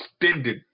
extended